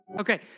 Okay